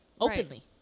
Openly